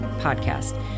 Podcast